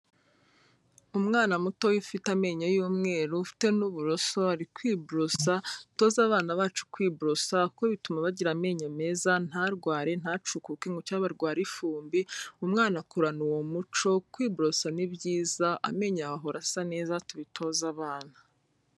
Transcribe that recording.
Umwana mutoya ufite amenyo y'umweru, ufite n'uburoso ari kwibosa, dutoza abana bacu kwiborosa kuko bituma bagira amenyo meza ntarware ntacukuke, ngo cyangwa barware ifumbi, umwana akurana uwo muco. Kwiborosa ni byiza, amenyo yawe ahora asa neza tubitoze abana.